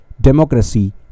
democracy